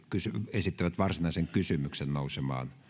esittävät varsinaisen kysymyksen nousemaan